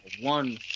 one